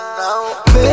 now